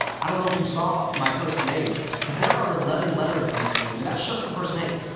i don't know if you saw my first name, but there are eleven letters in that name, and that's just the first name.